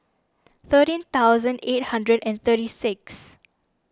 thirteen thousand eight hundred and thirty six